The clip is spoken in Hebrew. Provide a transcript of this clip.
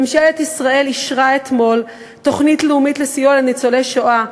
ממשלת ישראל אישרה אתמול תוכנית לאומית לסיוע לניצולי שואה,